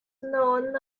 known